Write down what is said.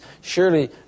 Surely